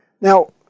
Now